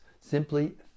simply